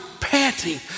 panting